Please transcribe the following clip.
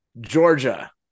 Georgia